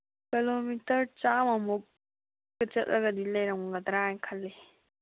kilometre ꯆꯥꯝꯃ ꯃꯨꯛ ꯆꯠꯂꯒꯗꯤ ꯂꯩꯔꯝꯒꯗ꯭ꯔꯥꯅꯗꯤ ꯈꯜꯂꯤ